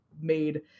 made